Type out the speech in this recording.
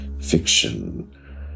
fiction